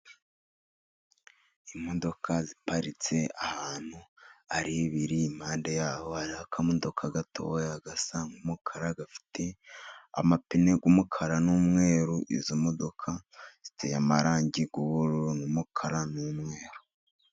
Imodoka ziparitse ahantu ari ebyiri, impande y'aho hari akamodoka gatoya gasa n'umukara gafite amapine y'umukara n'umweru. Izo modoka ziteye amarangi y'ubururu, n'umukara n'umweru.